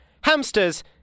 Hamsters